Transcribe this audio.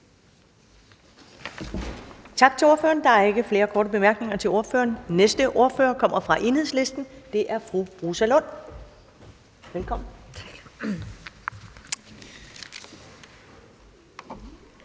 Tak til ordføreren. Der er ikke flere korte bemærkninger til ordføreren. Næste ordfører kommer fra Enhedslisten, og det er fru Rosa Lund. Velkommen.